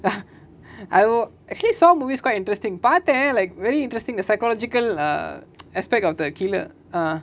uh அது:athu oh actually saw movies quite interesting பாத்த:paatha like very interesting the psychological err aspect of the killer err